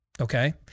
okay